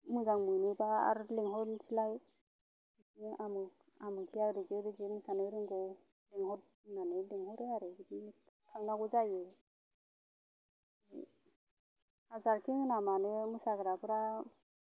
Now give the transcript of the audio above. मोजां मोनोबा आरो लेंहरनोसैलाय बिदिनो आमोखिया ओरैबायदि ओरैबायदि मोसानो रोंगौ लेंहर होन्नानै लेंहरो आरो बिदिनो थांनांगौ जायो हाजारखि होना मानो मोसाग्राफ्रा